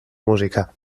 música